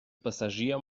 passagier